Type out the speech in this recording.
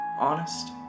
Honest